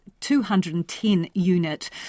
210-unit